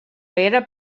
era